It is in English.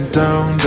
down